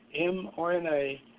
mRNA